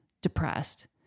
depressed